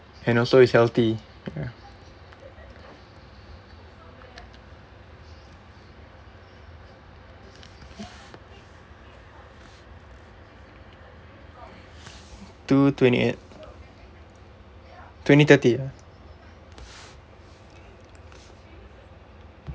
and also it's healthy ya two twenty eight twenty thirty ya